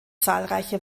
zahlreiche